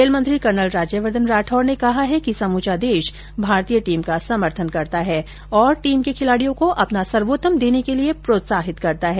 खेल मंत्री कर्नल राज्यवर्धन राठौड़ ने कहा है कि समूचा देश भारतीय टीम का समर्थन करता है और टीम के खिलाड़ियों को अपना सर्वोत्तम देने के लिए प्रोत्साहित करता है